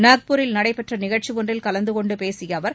நாக்பூரில் நடைபெற்ற நிகழ்ச்சி ஒன்றில் கலந்து கொண்டு பேசிய அவர்